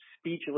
speechless